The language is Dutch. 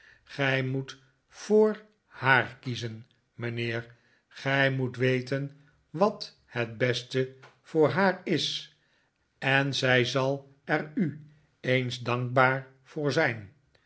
gij moet voor haar kiezen mijnheer gij moet weten wat het beste voor haar is en zij zal er u eens dankbaar voor zijn